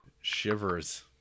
shivers